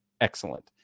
excellent